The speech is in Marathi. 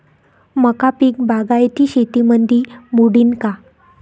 मका पीक बागायती शेतीमंदी मोडीन का?